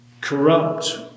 corrupt